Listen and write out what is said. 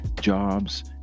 jobs